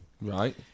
Right